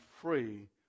free